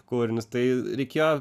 kūrinius tai reikėjo